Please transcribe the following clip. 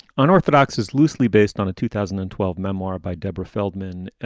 unorthodox is loosely based on a two thousand and twelve memoir by deborah feldman.